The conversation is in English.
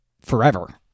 forever